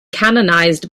canonized